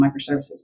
microservices